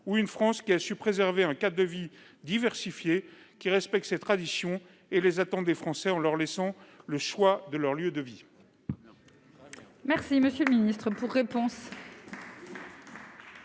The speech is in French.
ou une France ayant préservé un cadre de vie diversifié et respectant ses traditions et les attentes des Français, en leur laissant le choix de leur lieu de vie